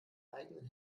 eigenen